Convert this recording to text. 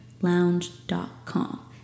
lounge.com